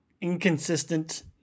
inconsistent